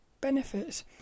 benefits